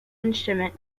instrument